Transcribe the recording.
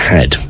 Head